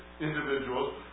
individuals